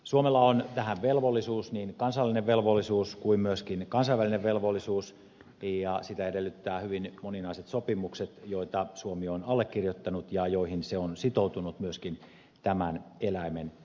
suomella on tähän velvollisuus niin kansallinen velvollisuus kuin myöskin kansainvälinen velvollisuus ja sitä edellyttävät hyvin moninaiset sopimukset joita suomi on allekirjoittanut ja joihin se on sitoutunut myöskin tämän eläimen osalla